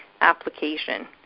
application